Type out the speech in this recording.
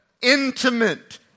intimate